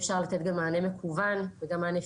אפשר לתת גם מענה מקוון ופיזי.